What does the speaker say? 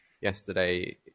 yesterday